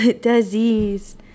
disease